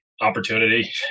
opportunity